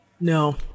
No